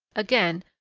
again,